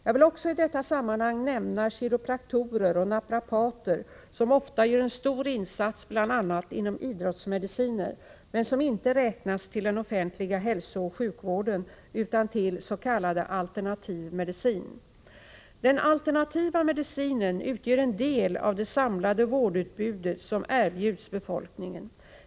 Jag vill också i detta sammanhang nämna kiropraktorer och naprapater som ofta gör en stor insats, bl.a. inom idrottsmediciner, men som inte räknas till den offentliga hälsooch sjukvården utan till s.k. alternativ medicin. Den alternativa medicinen utgör en del av det samlade vårdutbud som erbjuds befolkningen.